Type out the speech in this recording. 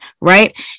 right